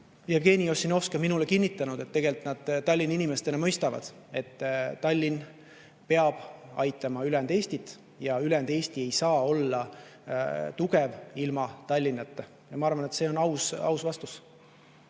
Jevgeni Ossinovski on minule kinnitanud, et tegelikult nad Tallinna inimestena mõistavad, et Tallinn peab aitama ülejäänud Eestit, et ülejäänud Eesti ei saa olla tugev ilma Tallinnata. Ma arvan, et see on aus vastus.